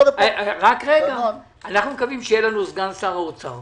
אנחנו מקווים שיהיה לנו סגן שר האוצר